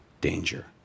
danger